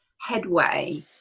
headway